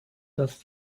dass